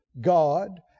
God